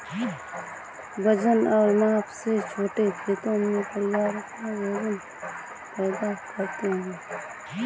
वजन और माप से छोटे खेतों में, परिवार अपना भोजन पैदा करते है